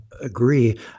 agree